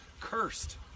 cursed